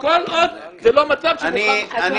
כל עוד זה לא מצב- - אדוני,